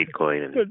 Bitcoin